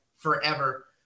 Forever